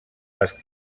les